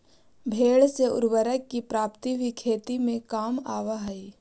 भेंड़ से उर्वरक की प्राप्ति भी खेती में काम आवअ हई